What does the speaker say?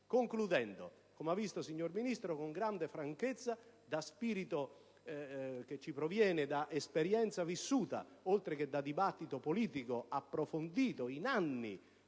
Concludendo, come ha potuto notare, signor Ministro, con grande franchezza, con spirito che ci proviene da esperienza vissuta oltre che da dibattito approfondito in anni